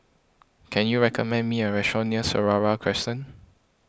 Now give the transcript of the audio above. can you recommend me a restaurant near Seraya Crescent